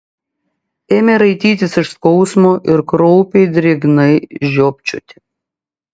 ėmė raitytis iš skausmo ir kraupiai drėgnai žiopčioti